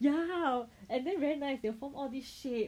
ya and then very nice they will form all these shapes